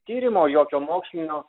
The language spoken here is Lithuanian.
tyrimo jokio mokslinio